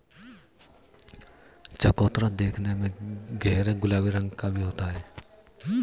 चकोतरा देखने में गहरे गुलाबी रंग का भी होता है